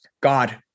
God